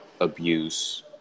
abuse